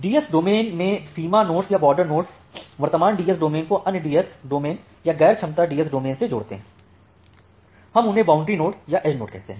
DS domain में सीमा nodes या बॉर्डर नोड्स वर्तमान डीएस डोमेन को अन्य डीएस डोमेन या गैर क्षमता डीएस डोमेन से जोड़ते हैं हम उन्हें बाऊंड्री नोड या एज नोड कहते हैं